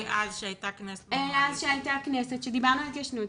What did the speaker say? אי-אז כשהייתה כנסת --- אי-אז כשהייתה כנסת שדיברנו על התיישנות,